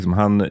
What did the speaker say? han